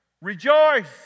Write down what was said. Rejoice